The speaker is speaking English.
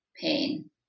pain